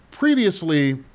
Previously